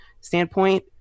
standpoint